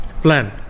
plan